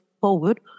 forward